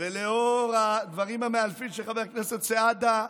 ולאור הדברים המאלפים שחבר הכנסת סעדה,